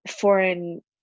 foreign